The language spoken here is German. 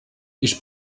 ich